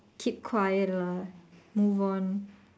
keep quiet lah move on